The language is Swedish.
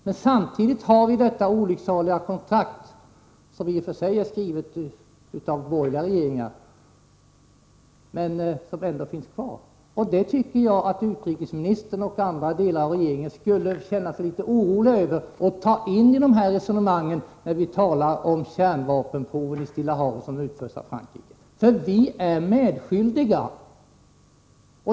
Men samtidigt har vi detta olycksaliga kontrakt, som i och för sig är skrivet av borgerliga regeringar, men som ändå finns kvar. Det tycker jag att utrikesministern och andra i regeringen skulle känna sig litet oroliga över och föra in i resonemangen när man talar om kärnvapenprov i Stilla havet som utförs av Frankrike. Vi är nämligen medskyldiga.